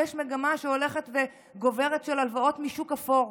יש מגמה שהולכת וגוברת של הלוואות בשוק האפור.